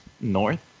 north